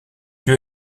lieu